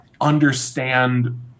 understand